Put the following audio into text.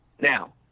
Now